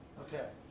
Okay